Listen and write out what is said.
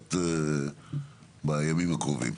הצבעות בימים הקרובים.